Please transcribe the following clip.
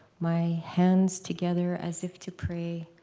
my hands together, as if to pray,